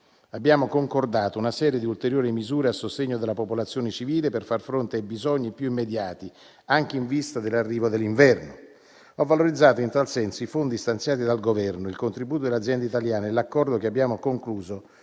Abbiamo concordato una serie di ulteriori misure a sostegno della popolazione civile per far fronte ai bisogni più immediati, anche in vista dell'arrivo dell'inverno. Ho valorizzato in tal senso i fondi stanziati dal Governo, il contributo delle aziende italiane e l'accordo che abbiamo concluso